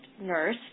nurse